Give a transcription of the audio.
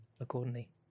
accordingly